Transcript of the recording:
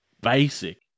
basic